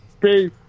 Peace